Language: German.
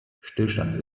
stillstand